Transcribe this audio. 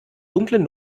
dunklen